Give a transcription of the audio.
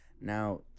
Now